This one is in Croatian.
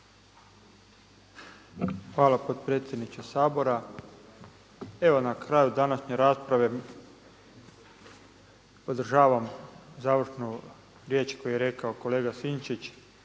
Hvala potpredsjedniče Sabora. Evo na kraju današnje rasprave podržavam završnu riječ koju je rekao kolega Sinčić,